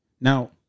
Now